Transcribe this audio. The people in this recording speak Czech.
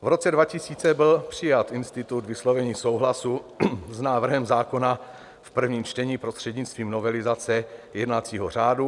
V roce 2000 byl přijat institut vyslovení souhlasu s návrhem zákona v prvním čtení prostřednictvím novelizace jednacího řádu.